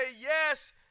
yes